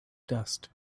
dust